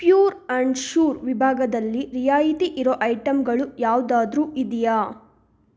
pure and sure ವಿಭಾಗದಲ್ಲಿ ರಿಯಾಯಿತಿ ಇರೋ ಐಟಂಗಳು ಯಾವುದಾದ್ರೂ ಇದೆಯಾ